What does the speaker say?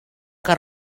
que